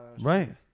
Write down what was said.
right